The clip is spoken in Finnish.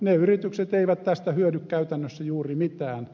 ne yritykset eivät tästä hyödy käytännössä juuri mitään